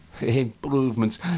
improvements